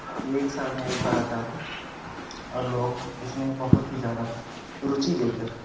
ये एक साल में एक बार आता है और लोग इसमें बहुत ही ज़्यादा रूचि लेकर